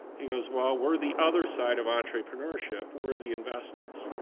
he goes, well, we're the other side of entrepreneurship, we're the investors.